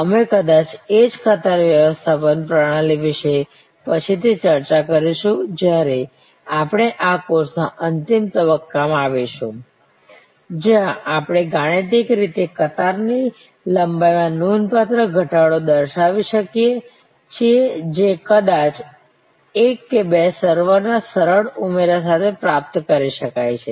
અમે કદાચ એ જ કતાર વ્યવસ્થાપન પ્રણાલી વિશે પછીથી ચર્ચા કરીશું જ્યારે આપણે આ કોર્સના અંતિમ તબક્કામાં આવીશું જ્યાં આપણે ગાણિતિક રીતે કતારની લંબાઈમાં નોંધપાત્ર ઘટાડો દર્શાવી શકીએ છીએ જે કદાચ એક કે બે સર્વરના સરળ ઉમેરા સાથે પ્રાપ્ત કરી શકાય છે